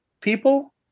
people